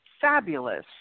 fabulous